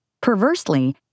Perversely